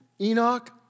Enoch